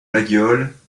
laguiole